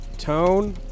tone